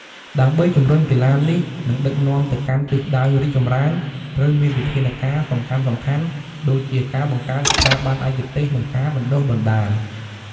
ដើម្បីជំរុញកីឡានេះ និងដឹកនាំទៅកាន់ទិសដៅរីកចម្រើន ត្រូវមានវិធានការសំខាន់ៗដូចជាការបង្កើតស្ថាប័នឯកទេស និងការបណ្ដុះបណ្ដាល។